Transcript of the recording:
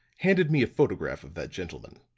handed me a photograph of that gentleman.